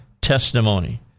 testimony